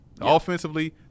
Offensively